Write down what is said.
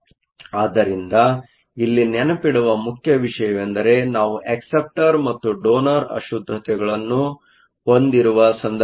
ಆದ್ದರಿಂದ ಇಲ್ಲಿ ನೆನಪಿಡುವ ಮುಖ್ಯ ವಿಷಯವೆಂದರೆ ನಾವು ಅಕ್ಸೆಪ್ಟರ್Acceptor ಮತ್ತು ಡೋನರ್ ಅಶುದ್ದತೆಗಳನ್ನು ಹೊಂದಿರುವ ಸಂದರ್ಭವಾಗಿದೆ